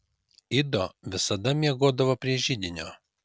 ido visada miegodavo prie židinio